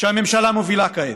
שהממשלה מובילה כעת,